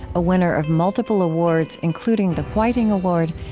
a winner of multiple awards including the whiting award,